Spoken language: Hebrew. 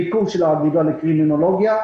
ביקור של האגודה לקרימינולוגיה,